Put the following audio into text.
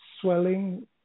swelling